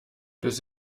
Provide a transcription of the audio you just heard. bis